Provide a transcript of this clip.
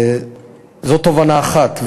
זאת תובנה אחת,